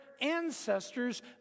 ancestors